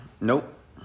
Nope